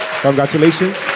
Congratulations